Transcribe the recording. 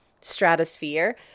stratosphere